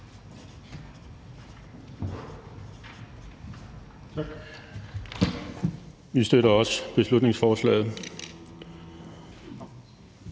Tak. Vi støtter også beslutningsforslaget.